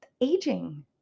aging